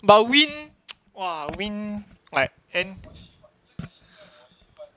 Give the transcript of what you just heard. but win !wah! win like eh